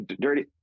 Dirty-